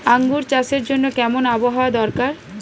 আঙ্গুর চাষের জন্য কেমন আবহাওয়া দরকার?